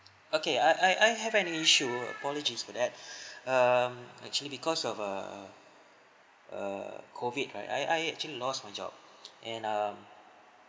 okay I I I have an issue apologies for that um actually because of err err COVID right I I actually lost my job and um